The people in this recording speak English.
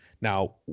now